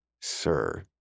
Sir